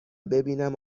ببینم